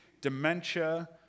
dementia